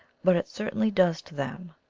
but it certainly does to them,